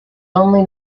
only